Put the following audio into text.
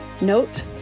Note